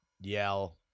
yell